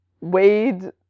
wade